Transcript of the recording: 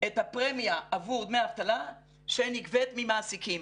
את הפרמיה עבור דמי אבטלה שנגבית ממעסיקים